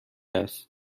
است